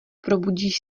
probudíš